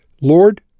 Lord